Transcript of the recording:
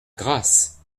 grasse